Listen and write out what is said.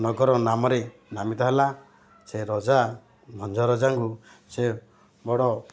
ନଗର ନାମରେ ନାମିତ ହେଲା ସେ ରଜା ଭଞ୍ଜରଜାଙ୍କୁ ସେ ବଡ଼